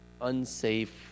unsafe